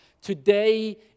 Today